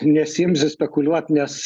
nesiimsiu spekuliuot nes